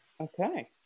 Okay